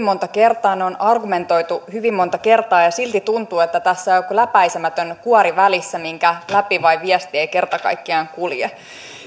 monta kertaa ne on argumentoitu hyvin monta kertaa ja silti tuntuu että tässä on joku läpäisemätön kuori välissä minkä läpi vain viesti ei kerta kaikkiaan kulje